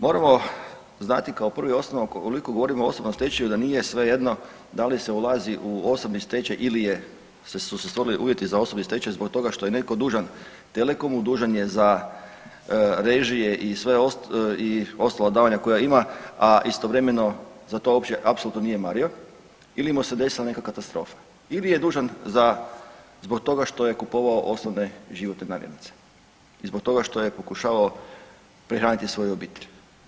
Moramo znati kao prvo i osnovno ukoliko govorimo o osobnom stečaju da nije svejedno da li se ulazi u osobni stečaj ili je su se stvorili uvjeti za osobni stečaj zbog toga što je neko dužan Telekomu, dužan je za režije i ostala davanja koja ima, a istovremeno za to uopće apsolutno nije mario ili mu se desila neka katastrofa ili je dužan za, zbog toga što je kupovao osnovne životne namirnice i zbog toga što je pokušavao prehraniti svoju obitelj.